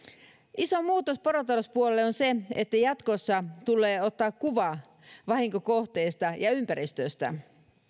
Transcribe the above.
iso muutos porotalouspuolelle on se että jatkossa tulee ottaa kuva vahinkokohteesta ja ympäristöstä